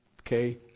Okay